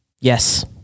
Yes